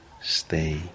Stay